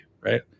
right